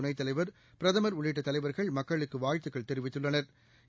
துணைத் தலைவா் பிரதமா் உள்ளிட்ட தலைவா்கள் மக்களுக்கு வாழ்த்துகள் தெரிவித்துள்ளனா்